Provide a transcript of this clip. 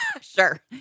Sure